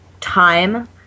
time